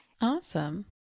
Awesome